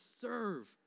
serve